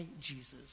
jesus